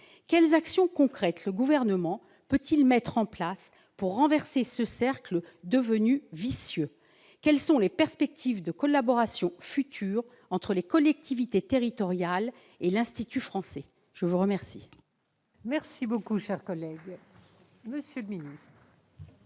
quelles actions concrètes le Gouvernement peut-il mettre en place pour renverser ce cercle devenu vicieux ? Quelles sont les perspectives de collaborations futures entre les collectivités territoriales et l'Institut français ? Excellente question ! La parole est